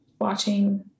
watching